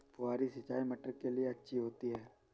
फुहारी सिंचाई मटर के लिए अच्छी होती है?